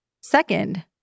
Second